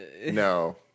No